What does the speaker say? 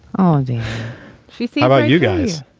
oh, did she think about you guys?